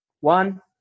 One